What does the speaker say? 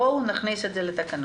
בואו נכניס את זה לתקנות